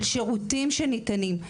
של השירותים שניתנים.